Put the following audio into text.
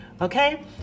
Okay